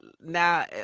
now